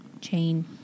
chain